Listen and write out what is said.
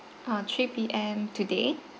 err three P_M today